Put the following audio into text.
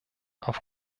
auf